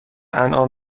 انعام